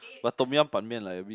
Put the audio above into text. but tom-yum ban-mian a bit